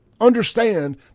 understand